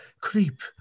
Creep